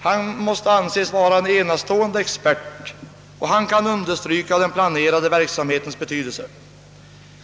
Han måste anses vara en enastående expert, och han har starkt understrukit den planerade verksamhetens betydelse.